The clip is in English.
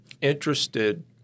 interested